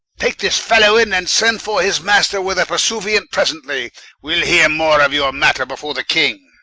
take this fellow in, and send for his master with a purseuant presently wee'le heare more of your matter before the king.